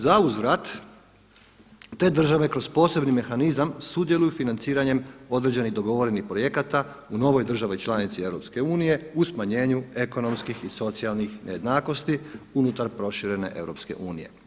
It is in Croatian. Zauzvrat te države kroz posebni mehanizam sudjeluju financiranjem određenih dogovorenih projekata u novoj državi članici EU u smanjenju ekonomskih i socijalnih nejednakosti unutar proširen EU.